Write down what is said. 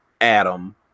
Adam